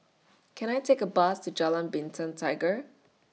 Can I Take A Bus to Jalan Bintang Tiga